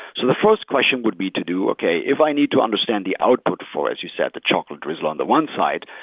so the first question would be to do, okay. if i need to understand the output for, as you said, the chocolate drizzle on the one side,